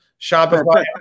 Shopify